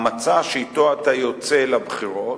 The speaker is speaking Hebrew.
המצע שאתו אתה יוצא לבחירות,